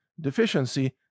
deficiency